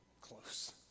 close